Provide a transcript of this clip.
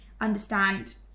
understand